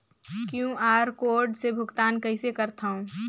QR code से भुगतान कइसे करथव?